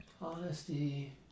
honesty